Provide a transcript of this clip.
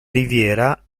riviera